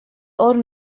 old